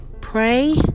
Pray